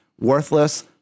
worthless